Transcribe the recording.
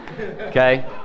Okay